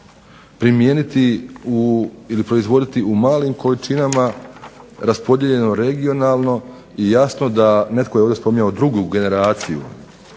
primijeniti u ili proizvoditi u malim količinama raspodijeljeno regionalno i netko je ovdje spominjao drugu generaciju